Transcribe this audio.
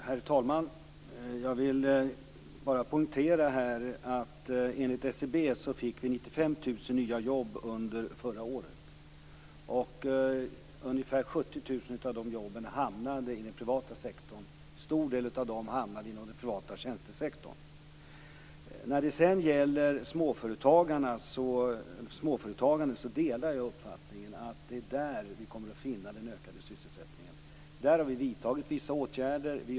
Herr talman! Jag vill bara poängtera att enligt SCB fick vi 95 000 nya jobb under förra året. Ungefär 70 000 av dessa jobb hamnade i den privata sektorn. En stor del av dem hamnade inom den privata tjänstesektorn. Jag delar uppfattningen att det är i småföretagen som vi kommer att finna den ökande sysselsättningen. Vi har vidtagit vissa åtgärder där.